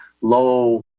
low